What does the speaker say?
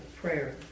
prayer